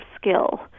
skill